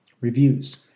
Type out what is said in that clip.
reviews